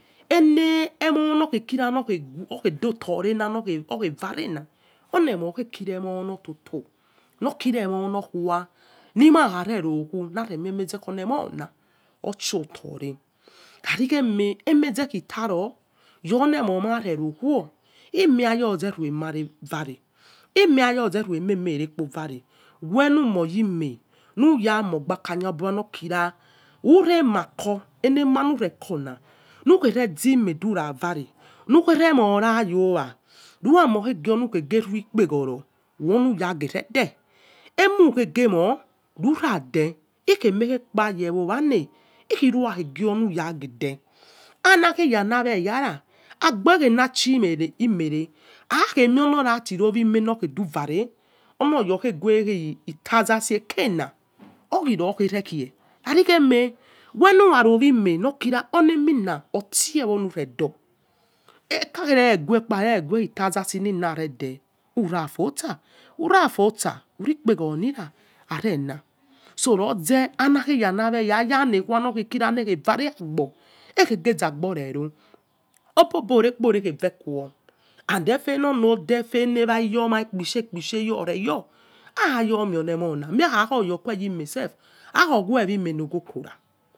Eme orlemona nokhe do to rey orlemon orghe kici emono toto okiai emo nokhue, nima kha rero khue na kha uve meze olemo na oshi ofo re khaici eme emeze itaro enemo mare so khuo ime laza me mare vare lmeaza rue ememe rekpo vare, wenu mo yieme lumo hagbakakha lokira, urema cor elema lure corna uzaime chira vare lughure moirakhuowa lukho maiza rue-ekpeghoro wenu algae rede, emu ghekemo lurade orkia ayaikpa ghue ye owale lkhiyohigede. Ala yola eyara agbogelashi eniere, aige moimoti orghue duvare oloya eghute hi e thousands ecana hiyore khe, khaioi eme wenu wa rewi eme orlemina ortse wo lure don. but akha ghue thousand un kalhina vare khe ura fosal, ura fosal. Urekipe gho hira erena. Nozel aya hikhue lighe vare agbo, e ge zagbo re ro. obobo e rekpo mive cuo, efe i no lode effe hi the iyoma iyoma aimona ikpishai ikpishai reyo aine ye mo na.